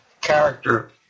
character